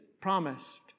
promised